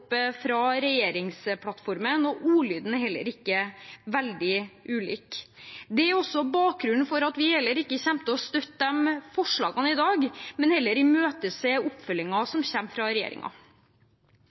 opp fra regjeringsplattformen, og ordlyden er heller ikke veldig ulik. Det er også bakgrunnen for at vi heller ikke kommer til å støtte de forslagene i dag, men heller imøtese